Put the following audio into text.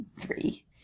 three